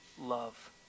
love